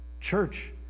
Church